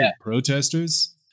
protesters